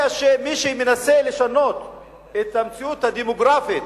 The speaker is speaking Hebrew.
מי שמנסה לשנות את המציאות הדמוגרפית